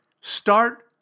start